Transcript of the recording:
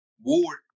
Ward